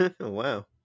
wow